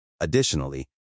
Additionally